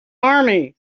army